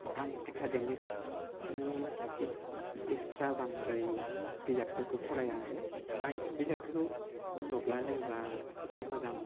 आं एकादेमिकसनि एक्सट्रा बांद्राय बिजाबफोरखौ फराया आरो बिजाबफोरखौ नुब्लानो बा एसे मोजां